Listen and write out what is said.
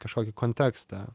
kažkokį kontekstą